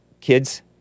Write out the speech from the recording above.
kids